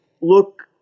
look